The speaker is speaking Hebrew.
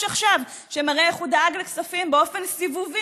עכשיו שמראה איך הוא דאג לכספים באופן סיבובי